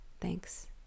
Thanks